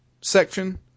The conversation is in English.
section